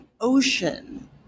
ocean